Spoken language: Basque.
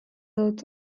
dut